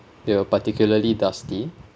they were particularly dusty